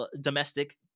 domestic